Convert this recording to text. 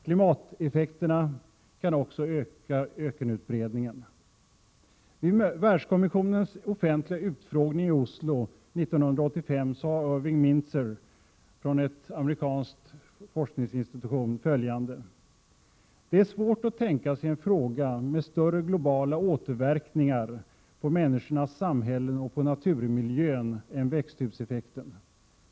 Klimatförändringarna kan också öka utbredningen av öknarna. Vid världskommissionens offentliga utfrågning i Oslo 1985 sade Irving Mintzer från en amerikansk forskningsinstitution följande: ”Det är svårt att tänka sig en fråga med större globala återverkningar på människornas samhällen och på naturmiljön än växthuseffekten.